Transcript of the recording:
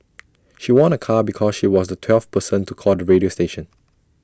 she won A car because she was the twelfth person to call the radio station